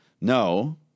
No